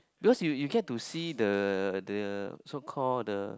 because you you get to see the the so call the